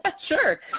Sure